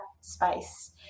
space